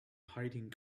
hiding